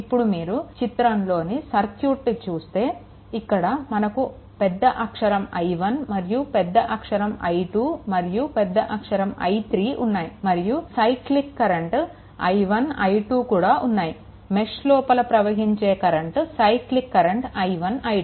ఇప్పుడు మీరు చిత్రంలోని సర్క్యూట్ చూస్తే ఇక్కడ మనకు పెద్ద అక్షరం I1 మరియు ఇక్కడ పెద్ద అక్షరం I2 మరియు ఇక్కడ పెద్ద అక్షరం I3 ఉన్నాయి మరియు సైక్లిక్ కరెంట్ i1 i2 కూడా ఉన్నాయి మెష్ లోపల ప్రవహించే current cyclic current i1 i2